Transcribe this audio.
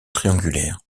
triangulaire